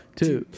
two